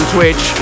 Twitch